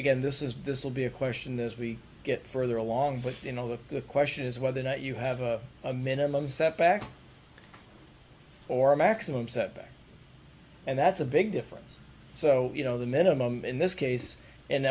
began this is this will be a question as we get further along but you know look the question is whether or not you have a a minimum setback or maximum setback and that's a big difference so you know the minimum in this case and